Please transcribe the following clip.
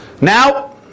Now